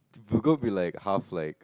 will go be like half like